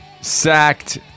sacked